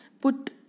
put